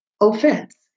offense